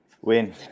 Win